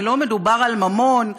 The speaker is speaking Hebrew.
ולא מדובר בממון,